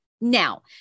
Now